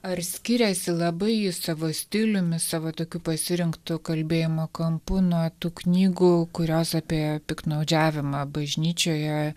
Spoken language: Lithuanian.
ar skiriasi labai ji savo stiliumi savo tokiu pasirinktu kalbėjimo kampu nuo tų knygų kurios apie piktnaudžiavimą bažnyčioje